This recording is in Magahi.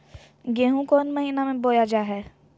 गेहूँ कौन महीना में बोया जा हाय?